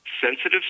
sensitive